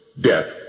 death